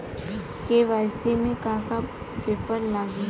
KYC में का का पेपर लगी?